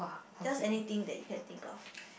just anything that you can think of